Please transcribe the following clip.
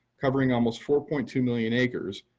covering almost four point two million acres,